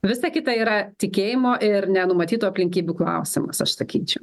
visa kita yra tikėjimo ir nenumatytų aplinkybių klausimas aš sakyčiau